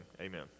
Amen